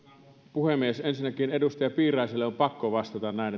puhemies ensinnäkin edustaja piiraiselle on pakko vastata näin